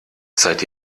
seid